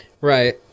right